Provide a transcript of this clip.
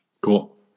Cool